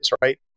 right